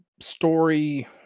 story